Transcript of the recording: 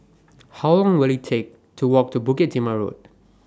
How Long Will IT Take to Walk to Bukit Timah Road